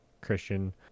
christian